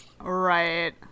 right